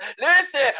Listen